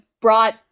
brought